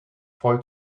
voll